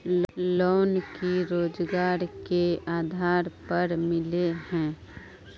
Loan की रोजगार के आधार पर मिले है?